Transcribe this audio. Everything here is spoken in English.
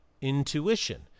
intuition